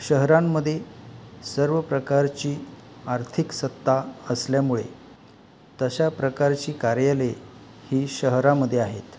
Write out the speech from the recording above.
शहरांमध्ये सर्व प्रकारची आर्थिक सत्ता असल्यामुळे तशा प्रकारची कार्यालये ही शहरामध्ये आहेत